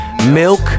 Milk